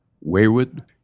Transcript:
wayward